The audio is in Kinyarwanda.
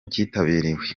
cyitabiriwe